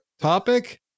topic